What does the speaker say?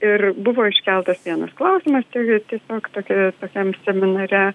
ir buvo iškeltas vienas klausimas tai tiesiog tokia tokiam seminare